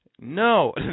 No